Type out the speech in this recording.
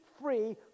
free